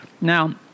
Now